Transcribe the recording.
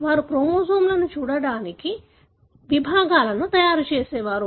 వారు క్రోమోజోమ్లను చూడటానికి విభాగాలను తయారు చేసేవారు